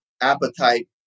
appetite